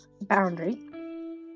boundary